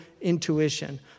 intuition